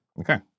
Okay